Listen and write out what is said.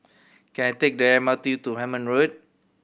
can I take the M R T to Hemmant Road